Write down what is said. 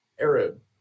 Arab